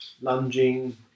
lunging